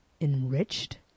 enriched